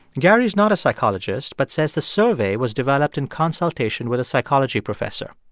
gary's not a psychologist but says the survey was developed in consultation with a psychology professor.